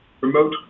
remote